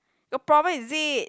got problem is it